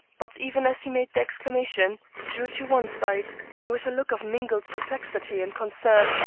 but even as he made the exclamation, drew to one side, and with a look of mingled perplexity and concern,